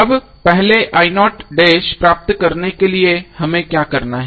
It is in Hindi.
अब पहले प्राप्त करने के लिए हमें क्या करना है